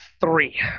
three